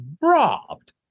robbed